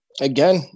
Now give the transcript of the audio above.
Again